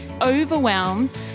overwhelmed